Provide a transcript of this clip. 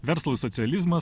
verslui socializmas